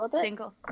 single